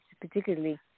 particularly